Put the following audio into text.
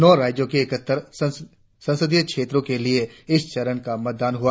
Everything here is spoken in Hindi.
नौ राज्य में ईकहत्तर संसदीय क्षेत्रों के लिए इस चरण का मतदान हुआ